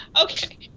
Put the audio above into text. Okay